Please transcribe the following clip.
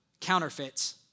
counterfeits